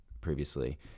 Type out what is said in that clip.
previously